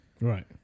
Right